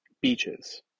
beaches